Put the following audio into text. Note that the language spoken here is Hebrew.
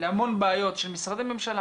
להמון בעיות של משרדי ממשלה